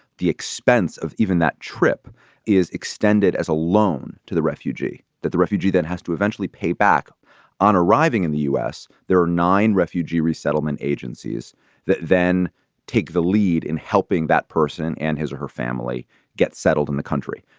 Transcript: the expense of even that trip is extended as a loan to the refugee that the refugee that has to eventually pay back on arriving in the u s, there are nine refugee resettlement agencies that then take the lead in helping that person and his or her family get settled in the country.